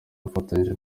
bafatanyije